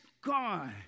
God